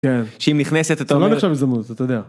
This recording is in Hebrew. ‫שאם נכנסת, אתה אומרת... ‫-זה לא נחשב יזמות, אתה יודע.